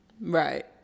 Right